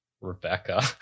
Rebecca